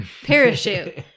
parachute